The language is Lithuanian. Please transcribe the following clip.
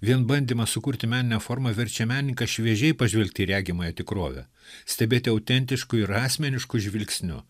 vien bandymas sukurti meninę formą verčia menininką šviežiai pažvelgti į regimąją tikrovę stebėti autentišku ir asmenišku žvilgsniu